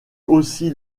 aussi